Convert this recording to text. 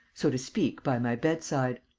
so to speak, by my bedside.